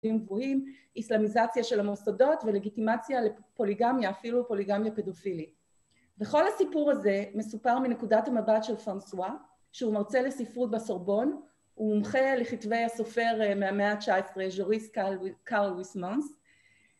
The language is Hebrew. ‫הם רואים איסלאמיזציה של המוסדות ‫ולגיטימציה לפוליגמיה, ‫אפילו פוליגמיה פדופילית. ‫בכל הסיפור הזה, ‫מסופר מנקודת מבט של פנסואה, ‫שהוא מרצה לספרות בסורבון, ‫הוא מומחה לכתבי הסופר ‫מהמאה ה-19, ג'וריס קארל וויסמאנס,